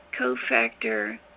cofactor